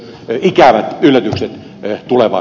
meillä on näkemysero